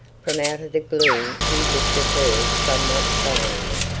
from out of the gloom he looked at her somewhat sullenly.